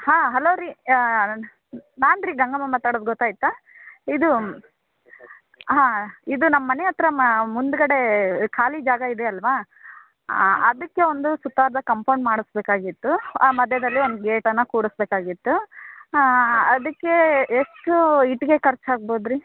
ಹಾಂ ಹಲೋ ರೀ ನನ್ನ ನಾನು ರೀ ಗಂಗಮ್ಮ ಮಾತಾಡೋದು ಗೊತ್ತಾಯಿತಾ ಇದು ಹಾಂ ಇದು ನಮ್ಮನೆ ಹತ್ರ ಮುಂದ್ಗಡೇ ಖಾಲಿ ಜಾಗ ಇದೆ ಅಲ್ಲವಾ ಅದಕ್ಕೆ ಒಂದು ಸುತ್ತಾದ ಕಂಪೌಂಡ್ ಮಾಡಸಬೇಕಾಗಿತ್ತು ಆ ಮಧ್ಯದಲ್ಲಿ ಒಂದು ಗೇಟನ್ನ ಕೂಡಿಸಬೇಕಾಗಿತ್ತು ಅದಕ್ಕೆ ಎಷ್ಟು ಇಟ್ಗೆ ಖರ್ಚಾಗ್ಬೋದು ರೀ